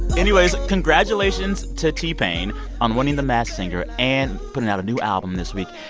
anyways, congratulations to t-pain on winning the masked singer and putting out a new album this week.